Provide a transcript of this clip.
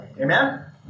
Amen